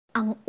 ang